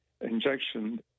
injection